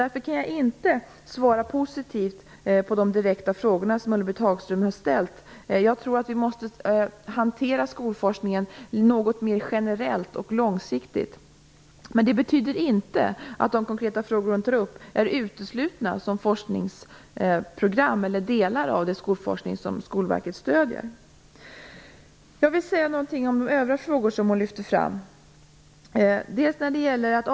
Därför kan jag inte svara positivt på de direkta frågor som Ulla-Britt Hagström har ställt. Jag tror att skolforskningen måste hanteras något mer generellt och långsiktigt. Men det betyder inte att de frågor som Ulla-Britt Hagström tar upp är uteslutna som forskningsprogram eller som delar av den skolforskning som Skolverket stöder. Jag vill säga något om övriga frågor som Ulla Britt Hagström lyfte fram.